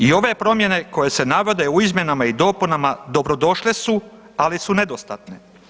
I ove promjene koje se navode u izmjenama i dopunama dobrodošle su, ali su nedostatne.